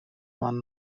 one